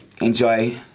enjoy